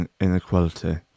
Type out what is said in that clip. inequality